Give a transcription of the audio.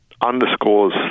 underscores